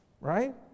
right